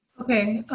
okay,